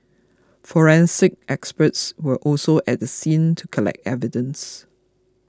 forensic experts were also at the scene to collect evidence